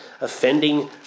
offending